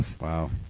Wow